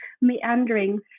meandering